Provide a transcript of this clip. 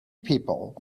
people